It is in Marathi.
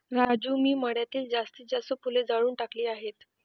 राजू मी मळ्यातील जास्तीत जास्त फुले जाळून टाकली आहेत